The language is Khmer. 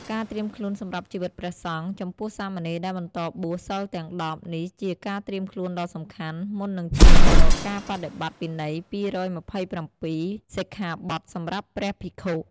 ការត្រៀមខ្លួនសម្រាប់ជីវិតព្រះសង្ឃ ចំពោះសាមណេរដែលបន្តបួស សីលទាំង ១០ នេះជាការត្រៀមខ្លួនដ៏សំខាន់ មុននឹងឈានទៅរកការបដិបត្តិវិន័យ ២២៧ សិក្ខាបទសម្រាប់ព្រះភិក្ខុ។